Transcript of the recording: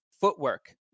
footwork